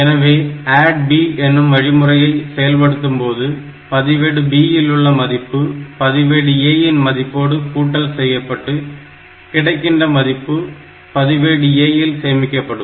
எனவே ADD B எனும் வழிமுறையை செயல்படுத்தும்போது பதிவேடு B இல் உள்ள மதிப்பு பதிவேடு A இன் மதிப்போடு கூட்டல் செய்யப்பட்டு கிடைக்கின்ற மதிப்பு பதிவேடு A இல் சேமிக்கப்படும்